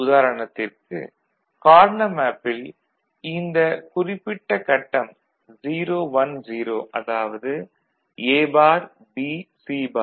உதாரணத்திற்கு கார்னா மேப்பில் இந்த குறிப்பிட்டக் கட்டம் 0 1 0 அதாவது A bar B C bar